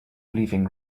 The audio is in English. leaving